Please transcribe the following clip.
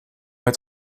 met